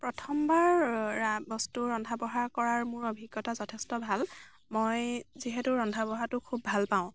প্ৰথমবাৰ বস্তুৰ ৰন্ধা বঢ়া কৰাৰ মোৰ অভিজ্ঞতা যথেষ্ট ভাল মই যিহেতু ৰন্ধা বঢ়াতো খুব ভাল পাওঁ